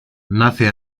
nace